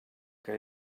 que